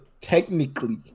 technically